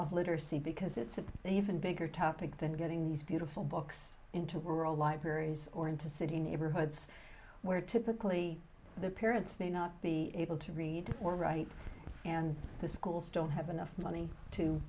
of literacy because it's an even bigger topic than getting these beautiful books into the world libraries or into city neighborhoods where typically the parents may not be able to read or write and the schools don't have enough money to